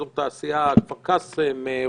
אזור תעשייה כפר קאסם,